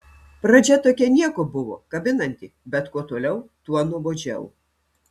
pradžia tokia nieko buvo kabinanti bet kuo toliau tuo nuobodžiau